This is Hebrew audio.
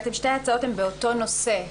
שתי ההצעות הן באותו נושא.